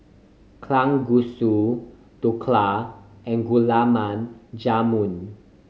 Kalguksu Dhokla and Gulab Jamun